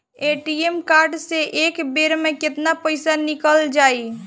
ATM card से एक बेर मे केतना पईसा निकल जाई?